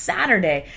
Saturday